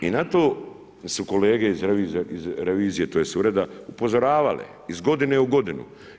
I na to su kolege iz revizije tj. iz Ureda upozoravale, iz godine u godinu.